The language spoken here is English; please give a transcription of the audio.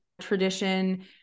tradition